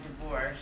divorce